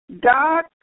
God